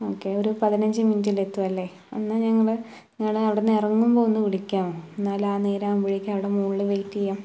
ഒക്കെ ഒരു പതിനഞ്ച് മിനിറ്റിലെത്തും അല്ലെൽ എന്നാല് ഞങ്ങള് ഞങ്ങളവിടുന്ന് ഇറങ്ങുമ്പോൾ ഒന്ന് വിളിക്കാം എന്നാൽ ആ നേരം ആവുമ്പോഴേക്കും അവിടെ മുകളില് വെയിറ്റ് ചെയ്യാം